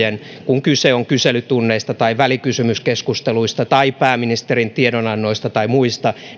kun kyse on kyselytunneista tai välikysymyskeskusteluista tai pääministerin tiedonannoista tai muista